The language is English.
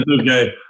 okay